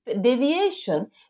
deviation